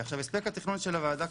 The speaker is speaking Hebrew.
הספק התכנון של הוועדה,